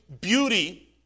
beauty